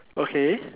okay